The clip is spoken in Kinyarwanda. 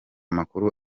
makuru